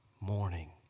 morning